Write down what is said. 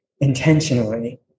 intentionally